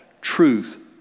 truth